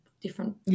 different